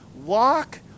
walk